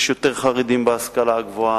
יש יותר חרדים בהשכלה הגבוהה.